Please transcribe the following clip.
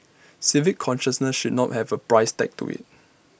civic consciousness should not have A price tag to IT